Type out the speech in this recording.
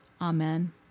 Amen